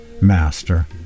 master